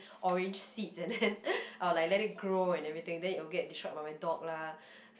orange seeds and then I will like let it grow and everything then it will get destroyed by my dog lah